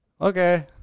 okay